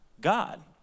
God